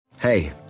Hey